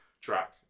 track